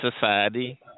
society